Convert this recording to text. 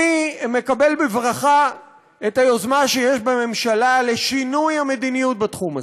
אני מקבל בברכה את היוזמה שיש בממשלה לשינוי המדיניות בתחום הזה,